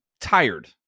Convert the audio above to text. tired